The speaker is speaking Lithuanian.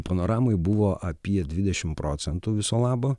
panoramoj buvo apie dvidešimt procentų viso labo